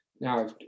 Now